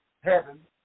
heaven